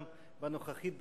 גם בנוכחית,